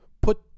Put